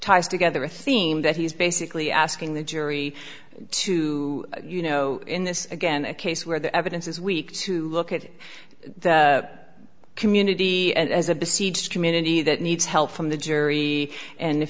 ties together a theme that he's basically asking the jury to you know in this again a case where the evidence is weak to look at the community as a besieged community that needs help from the jury and if